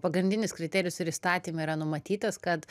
pagrindinis kriterijus ir įstatyme yra numatytas kad